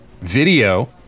video